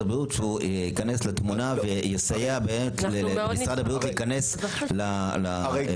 הבריאות שהוא ייכנס לתמונה ויסייע למשרד הבריאות להיכנס לגוף הזה.